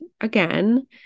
again